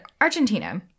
Argentina